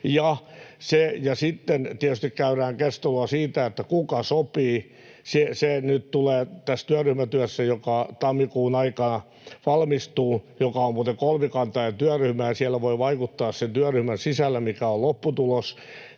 Sitten tietysti käydään keskustelua siitä, kuka sopii. Tässä työryhmätyössä, joka tammikuun aikana valmistuu — joka on muuten kolmikantainen työryhmä, ja sen työryhmän sisällä voi vaikuttaa siihen, mikä on lopputulos